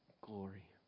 glory